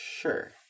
Sure